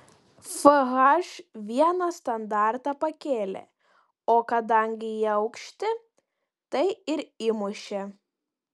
fh vieną standartą pakėlė o kadangi jie aukšti tai ir įmušė